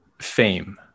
fame